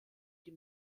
die